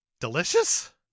Delicious